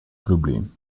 probleem